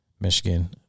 Michigan